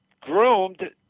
groomed